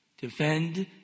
defend